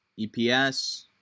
EPS